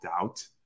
out